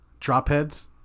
dropheads